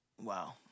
wow